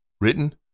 Written